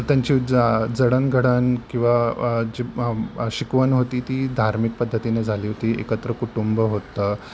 त्यांची ज जडणघडण किंवा जी शिकवण होती ती धार्मिक पद्धतीने झाली होती एकत्र कुटुंब होतं